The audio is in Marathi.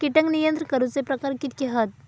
कीटक नियंत्रण करूचे प्रकार कितके हत?